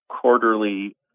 quarterly